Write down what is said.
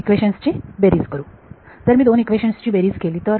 equations ची बेरीज करू जर मी दोन इक्वेशन्स ची बेरीज केली तर